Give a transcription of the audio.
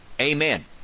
Amen